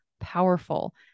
powerful